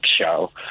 show